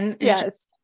Yes